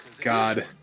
God